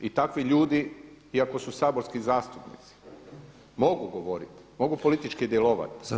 I takvi ljudi iako su saborski zastupnici mogu govoriti, mogu politički djelovati.